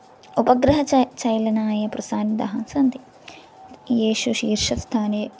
उपग्रहः चालनाय प्रसारितः सन्ति येषु शीर्षस्थाने